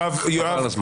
ואסביר מדוע: